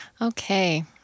Okay